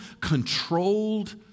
controlled